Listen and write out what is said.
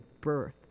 birth